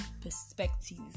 perspective